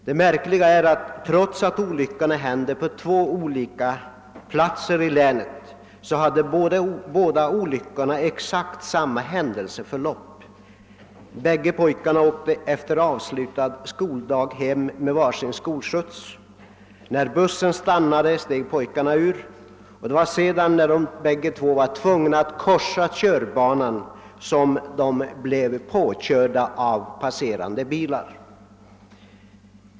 Det märkliga är att trots att olyckorna inträffade på två skilda platser i länet hade de exakt samma händelseförlopp. Bägge pojkarna åkte efter avslutad skoldag hem med var sin skolskjuts. När bussen stannade steg pojkarna ur, och det var när de var tvungna att korsa körbanan som de blev påkörda av passerande bilar.